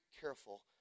careful